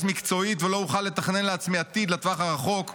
מקצועית ולא אוכל לתכנן לעצמי עתיד לטווח הרחוק.